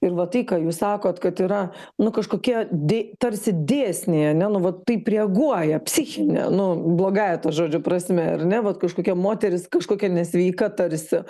ir va tai ką jūs sakot kad yra nu kažkokie dei tarsi dėsniai ane nu va taip reaguoja psichinė nu blogąja to žodžio prasme ar ne vat kažkokia moteris kažkokia nesveika tarsi